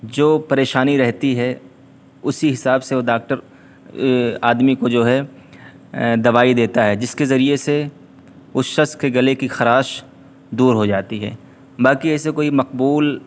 جو پریشانی رہتی ہے اسی حساب سے وہ داکٹر آدمی کو جو ہے دوائی دیتا ہے جس کے ذریعے سے اس شخص کے گلے کی خراش دور ہو جاتی ہے باقی ایسے کوئی مقبول